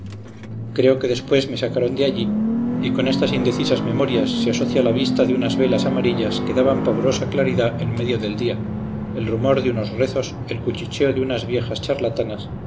creo que después me sacaron de allí y con estas indecisas memorias se asocia la vista de unas que daban pavorosa claridad en medio del día el rumor de unos rezos el cuchicheo de unas viejas charlatanas